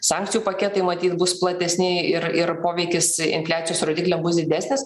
sankcijų paketai matyt bus platesni ir ir poveikis infliacijos rodikliams bus didesnis